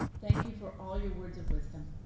thank you for all your words of wisdom,